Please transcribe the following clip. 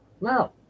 No